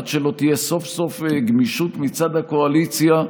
עד שלא תהיה סוף-סוף גמישות מצד הקואליציה,